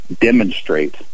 demonstrate